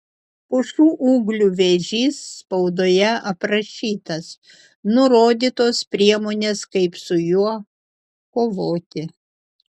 pušų ūglių vėžys spaudoje aprašytas nurodytos priemonės kaip su juo kovoti